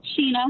Sheena